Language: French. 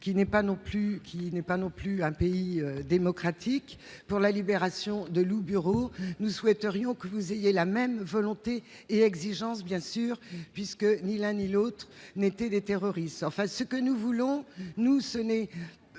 qu'il n'est pas non plus un pays démocratique pour la libération de loup bureau nous souhaiterions que vous ayez la même volonté et exigences bien sûr puisque ni l'un et l'autre n'étaient des terroristes en ce que nous voulons, nous, ce n'est,